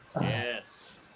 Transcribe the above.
Yes